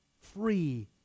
free